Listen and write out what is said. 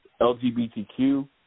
LGBTQ